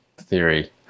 theory